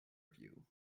view